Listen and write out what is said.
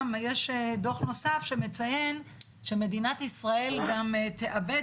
גם יש דוח נוסף שמציין שמדינת ישראל גם תאבד